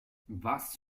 was